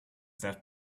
that